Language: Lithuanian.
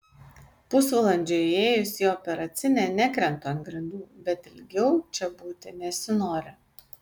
pusvalandžiui įėjus į operacinę nekrentu ant grindų bet ilgiau čia būti nesinori